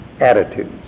attitudes